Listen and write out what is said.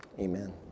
Amen